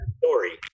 story